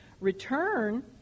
return